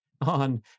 on